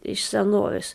iš senovės